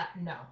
No